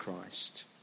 christ